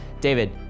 David